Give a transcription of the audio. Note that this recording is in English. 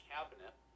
Cabinet